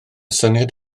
syniad